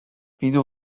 wieso